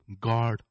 God